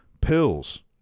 pills